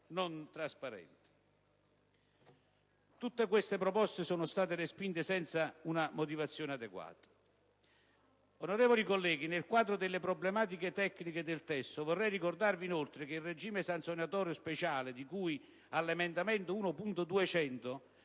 non trasparenti. Tutte queste proposte sono state respinte senza una motivazione adeguata. Onorevoli colleghi, nel quadro delle problematiche tecniche del testo, vorrei ricordarvi inoltre che il regime sanzionatorio speciale di cui all'emendamento 1.200